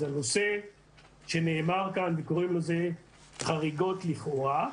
הנושא שהועלה כאן וקוראים לו חריגות לכאורה.